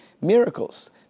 miracles